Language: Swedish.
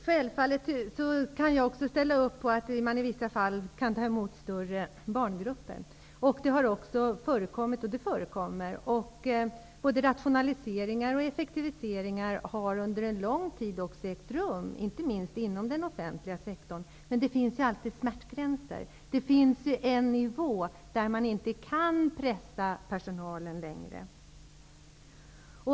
Herr talman! Jag ställer självfallet upp på att man i vissa fall kan ha större barngrupper, vilket också har förekommit och förekommer. Både rationaliseringar och effektiviseringar har under en lång tid ägt rum, inte minst inom den offentliga sektorn. Men det finns alltid smärtgränser. Det finns en nivå, där man inte kan pressa personalen mera.